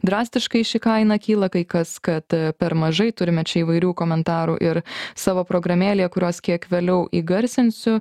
drastiškai ši kaina kyla kai kas kad per mažai turime čia įvairių komentarų ir savo programėlėj kuriuos kiek vėliau įgarsinsiu